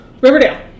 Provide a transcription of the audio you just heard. Riverdale